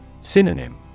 Synonym